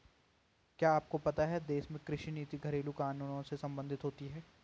क्या आपको पता है देश में कृषि नीति घरेलु कानूनों से सम्बंधित होती है?